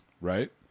right